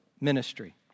ministry